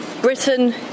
Britain